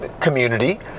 community